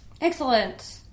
excellent